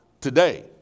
today